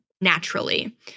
naturally